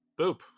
Boop